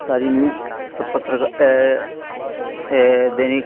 सारी न्यूज़ सब पत्र का दैनिक